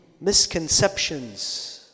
misconceptions